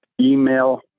email